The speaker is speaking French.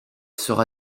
sera